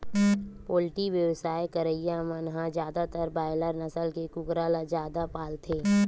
poultry बेवसाय करइया मन ह जादातर बायलर नसल के कुकरा ल जादा पालथे